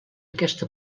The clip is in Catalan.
aquesta